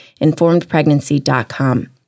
informedpregnancy.com